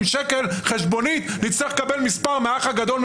5,000 שקל נצטרך לקבל מספר מהאח הגדול,